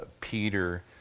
peter